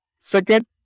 Second